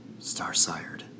Starsired